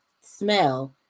smell